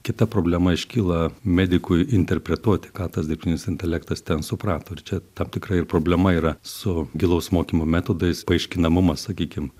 kita problema iškyla medikui interpretuoti ką tas dirbtinis intelektas ten suprato ir čia tam tikra ir problema yra su gilaus mokymo metodais paaiškinamumas sakykim